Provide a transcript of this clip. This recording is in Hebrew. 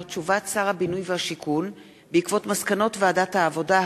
תשובת שר הבינוי והשיכון בעקבות מסקנות ועדת העבודה,